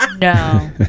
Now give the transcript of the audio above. No